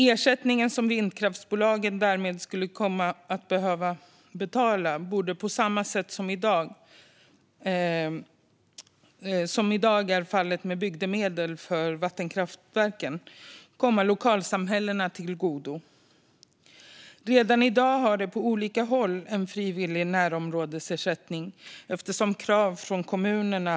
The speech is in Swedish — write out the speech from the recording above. Ersättningen som vindkraftsbolagen därmed skulle komma att behöva betala borde på samma sätt som i dag är fallet med bygdemedel för vattenkraften komma lokalsamhällen till godo. Redan i dag har det på olika håll efter krav från kommuner uppstått en frivillig närområdesersättning.